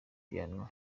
piano